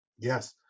Yes